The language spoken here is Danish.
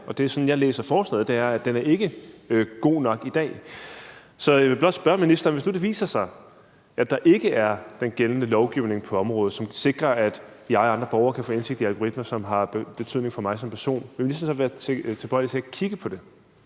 som jeg læser forslaget, er lovgivningen ikke god nok i dag. Så jeg vil blot spørge ministeren: Hvis nu det viser sig, at der ikke er en gældende lovgivning på området, som sikrer, at jeg og andre borgere kan få indsigt i de algoritmer, som har betydning for mig som person, vil ministeren så være tilbøjelig til at kigge på det?